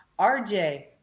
rj